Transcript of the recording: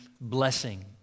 blessing